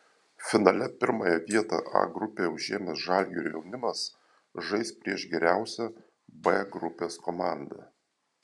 finale pirmąją vietą a grupėje užėmęs žalgirio jaunimas žais prieš geriausią b grupės komandą